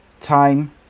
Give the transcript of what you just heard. time